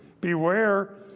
beware